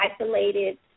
isolated